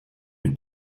une